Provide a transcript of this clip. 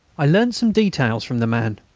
i learnt some details from the man.